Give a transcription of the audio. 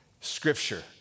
scripture